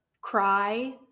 cry